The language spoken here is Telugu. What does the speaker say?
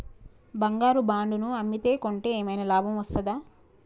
బంగారు బాండు ను అమ్మితే కొంటే ఏమైనా లాభం వస్తదా?